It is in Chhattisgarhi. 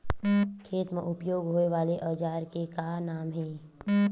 खेत मा उपयोग होए वाले औजार के का नाम हे?